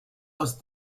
aus